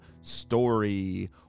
story